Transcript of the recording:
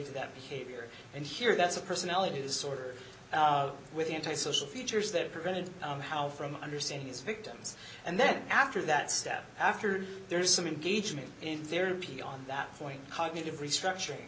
to that behavior and here that's a personality disorder with anti social features that prevented and how from understanding his victims and then after that step after there is some engagement in therapy on that point cognitive restructuring